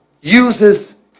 uses